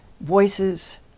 voices